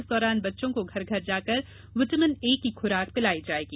इस दौरान बच्चों को घर घर जाकर विटामीन ए की खुराक पिलाई जायेगी